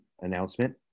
announcement